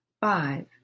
five